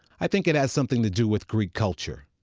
i think it has something to do with greek culture,